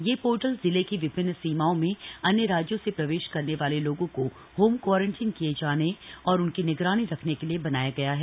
यह पोर्टल जिले की विभिन्न सीमाओं में अन्य राज्यों से प्रवेश करने वाले लोगों को होम क्वारंटीन किये जाने और उनकी निगरानी रखने के लिए बनाया गया है